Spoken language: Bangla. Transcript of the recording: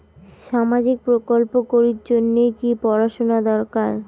সামাজিক প্রকল্প করির জন্যে কি পড়াশুনা দরকার?